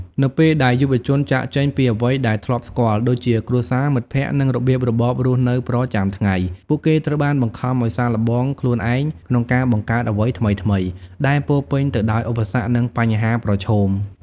នៅពេលដែលយុវជនចាកចេញពីអ្វីដែលធ្លាប់ស្គាល់ ដូចជាគ្រួសារ មិត្តភក្តិ និងរបៀបរបបរស់នៅប្រចាំថ្ងៃ ពួកគេត្រូវបានបង្ខំឱ្យសាកល្បងខ្លួនឯងក្នុងការបង្កើតអ្វីថ្មីៗ ដែលពោរពេញទៅដោយឧបសគ្គ និងបញ្ហាប្រឈម។